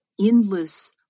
endless